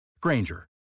Granger